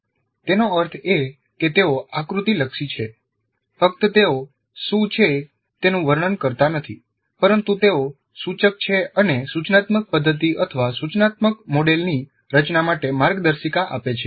તેનો અર્થ એ કે તેઓ આકૃતિ લક્ષી છે ફક્ત તેઓ શું છે તેનું વર્ણન કરતા નથી પરંતુ તેઓ સૂચક છે અને સૂચનાત્મક પદ્ધતિ અથવા સૂચનાત્મક મોડેલની રચના માટે માર્ગદર્શિકા આપે છે